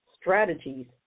strategies